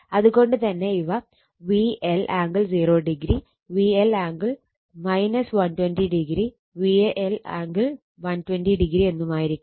അത് കൊണ്ട് തന്നെ ഇവ VL angle 0o VL angle 120oVL angle 120o എന്നുമായിരിക്കും